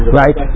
right